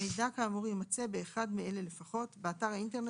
מידע כאמור יימצא באחד מאלה לפחות: באתר האינטרנט